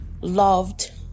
loved